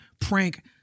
prank